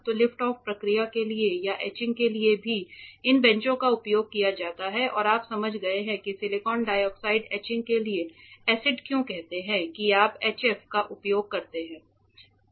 तो lift off प्रक्रियाओं के लिए या एचिंग के लिए भी इन बेंचों का उपयोग किया जा सकता है और आप समझ गए हैं कि सिलिकॉन डाइऑक्साइड एचिंग के लिए एसिड क्यों कहते हैं कि आप HF का उपयोग करते हैं